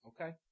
Okay